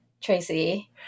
Tracy